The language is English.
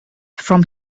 from